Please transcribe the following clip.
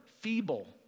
feeble